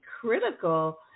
critical